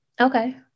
Okay